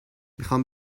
میخام